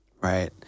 Right